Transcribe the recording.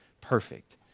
perfect